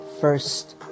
first